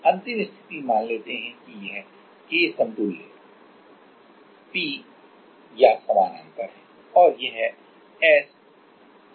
अंतिम स्थिति मान लेते हैं कि यह K समतुल्य p या समानांतर है और यह s श्रृंखला के लिए है